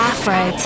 Afro